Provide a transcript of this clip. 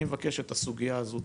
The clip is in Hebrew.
אני מבקש שאת הסוגייה הזו,